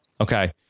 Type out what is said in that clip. Okay